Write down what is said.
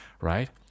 right